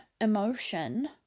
emotion